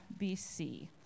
BC